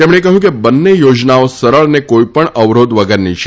તેમણે કહ્યું કે બંને યોજનાઓ સરળ અને કોઇ પણ અવરોધ વગરની છે